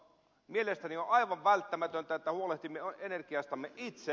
mielestäni on aivan välttämätöntä että huolehdimme energiastamme itse